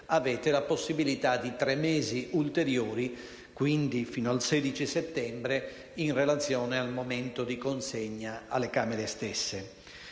avete la possibilità di ulteriori tre mesi, e quindi fino al 16 settembre, in relazione al momento di consegna alle Camere stesse.